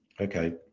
Okay